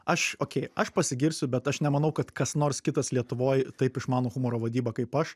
aš okei aš pasigirsiu bet aš nemanau kad kas nors kitas lietuvoj taip išmano humoro vadybą kaip aš